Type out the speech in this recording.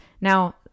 Now